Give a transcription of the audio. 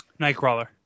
Nightcrawler